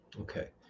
Okay